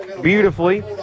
beautifully